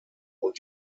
und